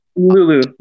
Lulu